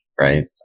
Right